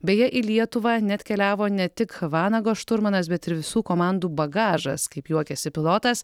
beje į lietuvą neatkeliavo ne tik vanago šturmanas bet ir visų komandų bagažas kaip juokiasi pilotas